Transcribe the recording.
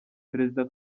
perezida